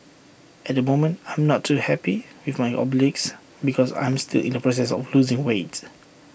at the moment I'm not too happy with my obliques because I'm still in the process of losing weight